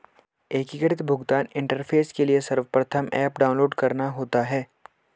एकीकृत भुगतान इंटरफेस के लिए सर्वप्रथम ऐप डाउनलोड करना होता है